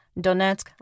Donetsk